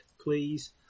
please